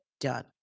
Done